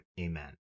Amen